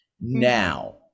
Now